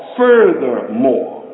furthermore